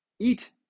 eat